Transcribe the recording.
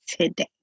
today